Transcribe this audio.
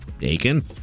Aiken